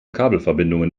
kabelverbindungen